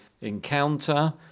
encounter